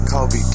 Kobe